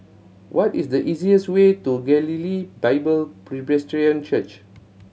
what is the easiest way to Galilee Bible Presbyterian Church